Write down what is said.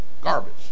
garbage